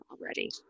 already